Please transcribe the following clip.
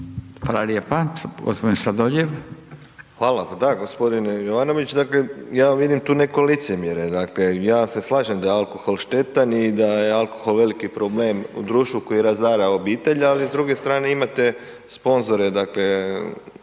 **Sladoljev, Marko (MOST)** Hvala. Pa da gospodine Jovanović, dakle ja vidim tu neko licemjerje, ja se slažem da je alkohol štetan i da je alkohol veliki problem u društvu koje razara obitelj, a s druge strane imate sponzore